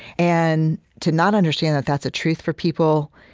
and to not understand that that's a truth for people